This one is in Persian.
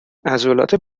عضلات